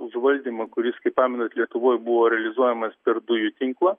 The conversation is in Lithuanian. užvaldymo kuris kaip pamenat lietuvoj buvo realizuojamas per dujų tinklą